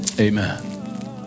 Amen